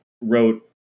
wrote